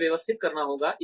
इसे व्यवस्थित करना होगा